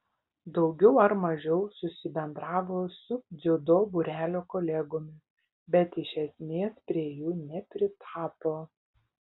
daugiau ar mažiau susibendravo su dziudo būrelio kolegomis bet iš esmės prie jų nepritapo